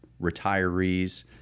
retirees